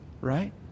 right